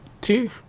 two